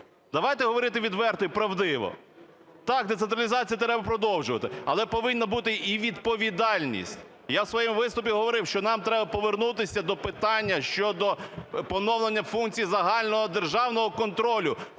Давайте говорити відверто і правдиво. Так, децентралізацію треба продовжувати, але повинна бути і відповідальність. Я в своєму виступі говорив, що нам треба повернутися до питання щодо поновлення функцій загального державного контролю,